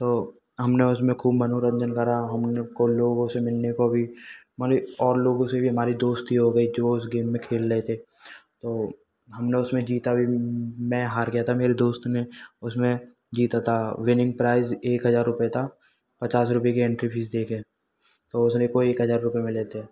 तो हमने उसमें ख़ूब मनोरंजन करा हम लोग को उन लोगों से मिलने को भी माने और लोगों से भी हमारी दोस्ती हो गई थी वे उस गेम में खेल रहे थे तो हमने उसमें जीता भी मैं हार गया था मेरे दोस्त ने उसमें जीता था विनिंग प्राइज़ एक हज़ार रुपये था पचास रुपये की एंट्री फीस देकर तो उसने कोई एक हज़ार रुपये मिले थे